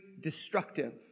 destructive